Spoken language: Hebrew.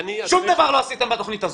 שום דבר לא עשית מהתוכנית הזאת.